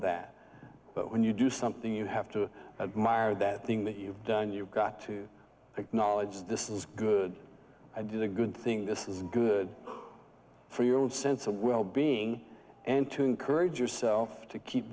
that but when you do something you have to admire that thing that you've done you've got to acknowledge this is good i did a good thing this is good for your own sense of well being and to encourage yourself to keep